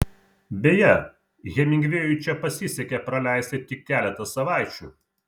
beje hemingvėjui čia pasisekė praleisti tik keletą savaičių